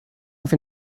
off